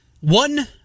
One